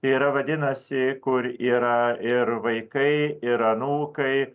ir vadinasi kuri yra ir vaikai ir anūkai